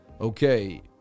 Okay